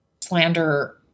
slander